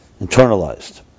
internalized